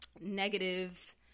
negative